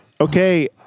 Okay